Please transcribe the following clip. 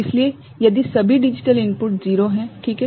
इसलिए यदि सभी डिजिटल इनपुट 0 है ठीक हैं